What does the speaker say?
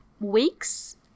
weeks